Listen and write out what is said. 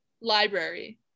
library